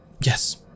Yes